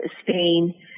Spain